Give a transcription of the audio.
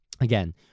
again